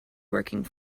working